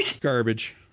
garbage